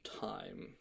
time